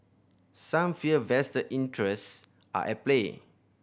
some fear vested interest are at play